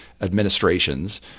administrations